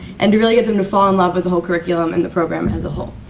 and to really get them to fall in love with the whole curriculum. and the program as a whole.